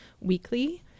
weekly